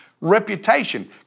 reputation